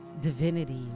divinity